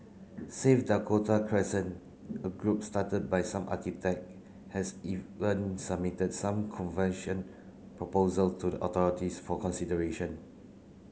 save Dakota Crescent a group started by some architect has even submitted some convention proposal to the authorities for consideration